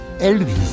Elvis